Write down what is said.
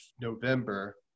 November